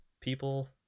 people